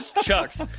chucks